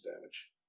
damage